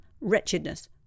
wretchedness